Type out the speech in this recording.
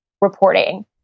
reporting